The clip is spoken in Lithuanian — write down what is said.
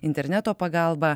interneto pagalba